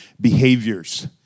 behaviors